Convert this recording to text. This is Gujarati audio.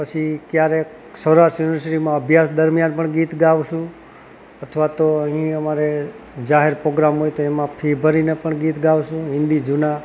પછી ક્યારેક સૌરાષ્ટ્ર યુનિવર્સિટીમાં અભ્યાસ દરમ્યાન પણ ગીત ગાઉં છું અથવા તો અહીં અમારે જાહેર પોગ્રામ હોય તો એમાં ફી ભરીને પણ ગીત ગાઉં છું હિન્દી જૂના